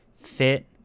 fit